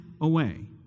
away